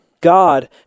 God